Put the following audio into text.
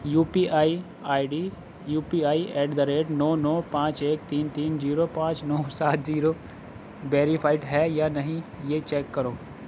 you P I I D U P I at the rate نو نو پانچ ایک تین تین زیرو پانچ نو سات زیرو ویریفائڈ ہے یا نہیں یہ چیک کرو